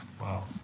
Wow